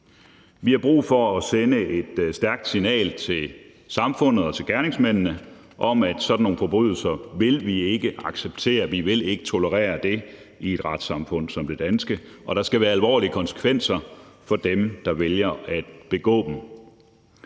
Vi har brug for at sende et stærkt signal til samfundet og til gerningsmændene om, at vi ikke vil acceptere sådan nogle forbrydelser, at vi ikke vil tolerere det i et retssamfund som det danske, og at der skal være alvorlige konsekvenser for dem, der vælger at begå dem.